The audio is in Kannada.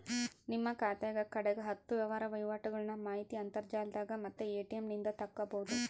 ನಿಮ್ಮ ಖಾತೆಗ ಕಡೆಗ ಹತ್ತು ವ್ಯವಹಾರ ವಹಿವಾಟುಗಳ್ನ ಮಾಹಿತಿ ಅಂತರ್ಜಾಲದಾಗ ಮತ್ತೆ ಎ.ಟಿ.ಎಂ ನಿಂದ ತಕ್ಕಬೊದು